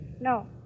No